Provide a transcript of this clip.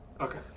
Okay